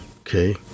okay